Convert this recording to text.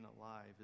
alive